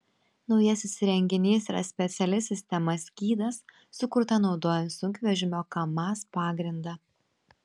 naujasis įrenginys yra speciali sistema skydas sukurta naudojant sunkvežimio kamaz pagrindą